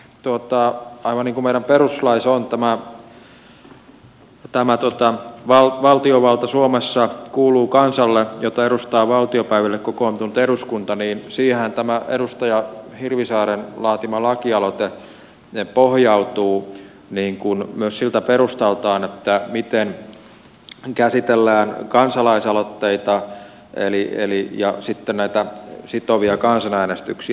aivan niin kuin meidän perustuslaissamme on tämä valtiovalta suomessa kuuluu kansalle jota edustaa valtiopäiville kokoontunut eduskunta niin siihenhän tämä edustaja hirvisaaren laatima lakialoite pohjautuu myös siltä perustaltaan miten käsitellään kansalaisaloitteita ja sitten näitä sitovia kansanäänestyksiä